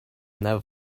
never